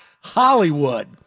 Hollywood